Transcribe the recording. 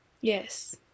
Yes